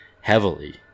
heavily